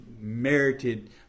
merited